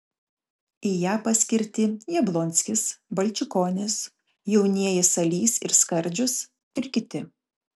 į ją paskirti jablonskis balčikonis jaunieji salys ir skardžius ir kiti